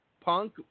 Punk